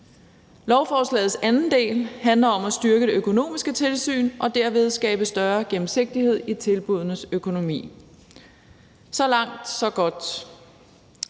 Lovforslagets anden del handler om at styrke det økonomiske tilsyn og derved skabe større gennemsigtighed i tilbuddenes økonomi. Så langt, så godt.